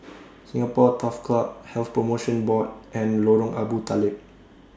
Singapore Turf Club Health promotion Board and Lorong Abu Talib